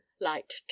light